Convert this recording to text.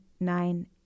nine